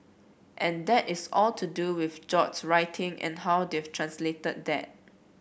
and that is all to do with George writing and how they've translated that